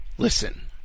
Listen